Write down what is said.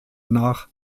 nach